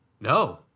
No